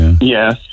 Yes